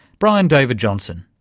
brian david johnson.